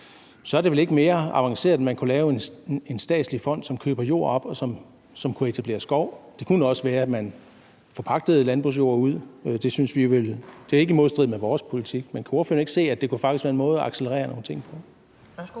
er det vel ikke mere avanceret, end at man kunne lave en statslig fond, som køber jord op, og som kunne etablere skov. Det kunne også være, at man forpagtede landbrugsjord ud. Det er ikke i modstrid med vores politik. Men kan ordføreren ikke se, at det faktisk kunne være en måde at accelerere nogle ting på? Kl.